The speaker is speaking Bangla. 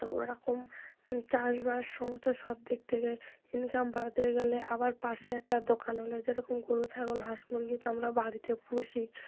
তো ওরকম চাষবাস সমস্ত সব দিক থেকে ইনকাম বাড়াতে গেলে আবার পাশে একটা দোকান হলে যেরকম গরু ছাগল হাঁস মুরগি তো আমরা বাড়িতে পুষি